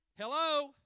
Hello